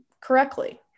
correctly